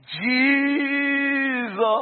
Jesus